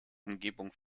umgebung